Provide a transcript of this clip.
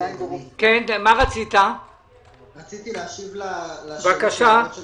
רציתי להשיב על השאלות של